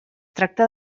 tracta